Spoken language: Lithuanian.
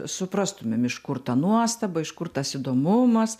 suprastumėm iš kur ta nuostaba iš kur tas įdomumas